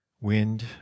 wind